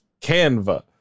Canva